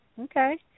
Okay